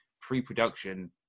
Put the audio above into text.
pre-production